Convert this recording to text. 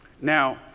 Now